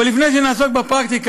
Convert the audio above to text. אבל לפני שנעסוק בפרקטיקה,